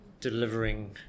delivering